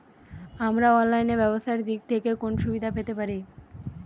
আমরা অনলাইনে ব্যবসার দিক থেকে কোন সুবিধা পেতে পারি?